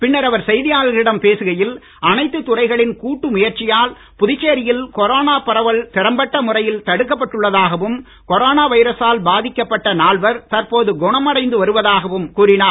பின்னர் அவர் செய்தியாளர்களிடம் பேசுகையில் அனைத்து துறைகளின் கூட்டு முயற்சியால் புதுச்சேரியில் கொரோனா பரவல் திறம்பட்ட தடுக்கப்பட்டுள்ளதாகவும் கொரோனா முறையில் வைரசால் பாதிக்கப்பட்ட நால்வர் தற்போது குணம் அடைந்து வருவதாகவும் கூறினார்